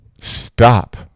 stop